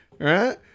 right